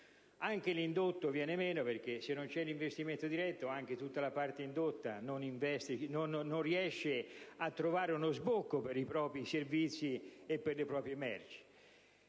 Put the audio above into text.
Anche l'indotto viene meno, perché senza l'investimento diretto anche l'indotto non riesce a trovare uno sbocco per i propri servizi e per le proprie merci.